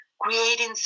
creating